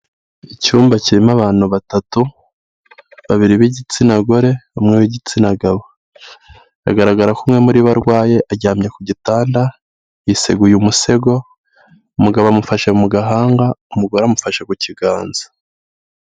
Icyumba kirimo abantu batatu, babiri b'igitsina gore, umwe w'igitsina gabo, bigaragara ko umwe muri bo arwaye, aryamye ku gitanda, yiseguye umusego, umugabo amufashe mu gahanga, umugore amufasha ku kiganza.